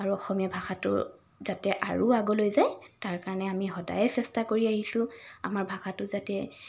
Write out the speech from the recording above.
আৰু অসমীয়া ভাষাটো যাতে আৰু আগলৈ যায় তাৰ কাৰণে আমি সদায়েই চেষ্টা কৰি আহিছোঁ আমাৰ ভাষাটো যাতে